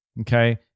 okay